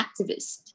activist